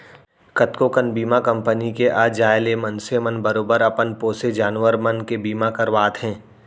कतको कन बीमा कंपनी के आ जाय ले मनसे मन बरोबर अपन पोसे जानवर मन के बीमा करवाथें